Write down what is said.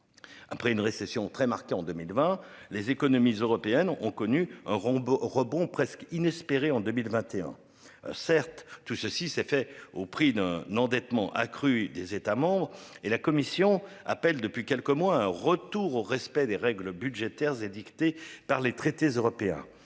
Après une récession très marquée en 2020 les économies européennes ont connu un robot rebond presque inespéré en 2021. Certes, tout ceci s'est fait au prix d'un endettement accru des États et la Commission appelle depuis quelques mois un retour au respect des règles budgétaires édictées par les traités européens.